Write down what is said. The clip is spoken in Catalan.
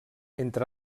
entre